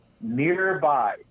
nearby